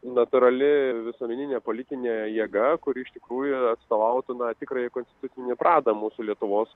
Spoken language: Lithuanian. natūrali visuomeninė politinė jėga kuri iš tikrųjų atstovautų na tikrąjį konstitucinį pradą mūsų lietuvos